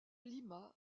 lima